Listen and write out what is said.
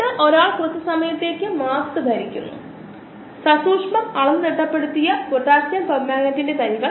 ഉദാഹരണത്തിന് ഒരു നിശ്ചിത ശതമാനത്തിനപ്പുറം നമ്മൾ എത്തനോൾ പരാമർശിച്ചുവെന്ന് ഞാൻ കരുതുന്നു അതിൽ 18 ശതമാനവും ഇത് കോശങ്ങളുടെ വളർച്ചാ നിരക്കിനെ ബാധിക്കുന്നു അത് പ്രതിനിധീകരിക്കാം